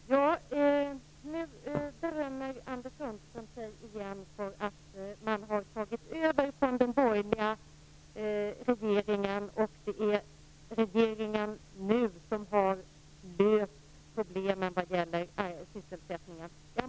Fru talman! Nu berömmer sig Anders Sundström igen för att ha tagit över från den borgerliga regeringen och säger att det är den nuvarande regeringen som har löst problemen med sysselsättningen.